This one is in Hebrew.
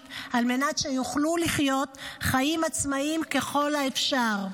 על מנת שיוכלו לחיות חיים עצמאיים ככל האפשר.